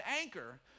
anchor